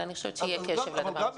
ואני חושבת שיהיה קשר לדבר הזה.